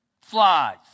Flies